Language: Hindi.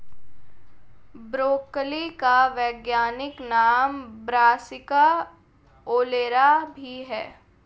ब्रोकली का वैज्ञानिक नाम ब्रासिका ओलेरा भी है